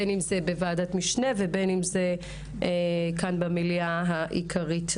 בין אם בוועדת משנה ובין אם כאן במליאה העיקרית.